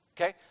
Okay